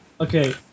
Okay